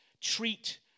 treat